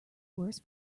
worse